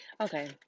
Okay